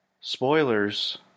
spoilers